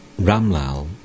Ramlal